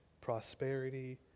prosperity